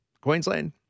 Queensland